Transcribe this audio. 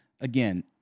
again